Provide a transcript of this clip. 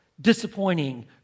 disappointing